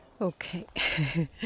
Okay